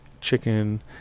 chicken